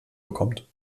bekommt